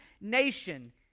nation